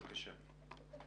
בבקשה.